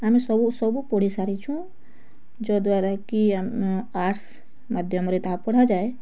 ଆମେ ସବୁ ସବୁ ପଢ଼ିସାରିଛୁଁ ଯଦ୍ୱାରା କି ଆମ ଆର୍ଟସ ମାଧ୍ୟମରେ ତାହା ପଢ଼ାଯାଏ